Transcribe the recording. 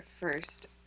first